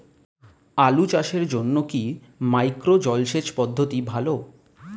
আলু চাষের জন্য কি মাইক্রো জলসেচ পদ্ধতি ভালো?